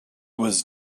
was